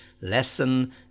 lesson